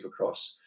Supercross